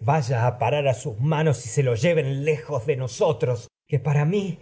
vaya a parar a sus ma nos lo lleven lejos de de nosotros males que que para mi